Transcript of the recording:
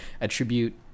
attribute